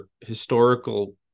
historical